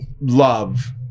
love